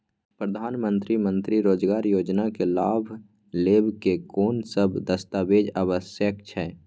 प्रधानमंत्री मंत्री रोजगार योजना के लाभ लेव के कोन सब दस्तावेज आवश्यक छै?